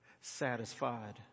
satisfied